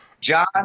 John